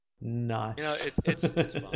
nice